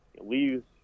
leaves